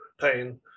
pain